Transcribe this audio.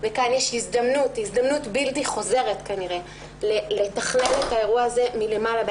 וכאן יש הזדמנות בלתי חוזרת כנראה לתכלל את האירוע הזה מלמעלה,